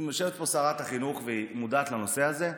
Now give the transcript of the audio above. יושבת פה שרת החינוך, והיא מודעת לנושא הזה.